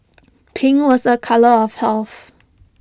pink was A colour of health